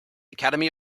academy